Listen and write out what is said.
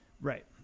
Right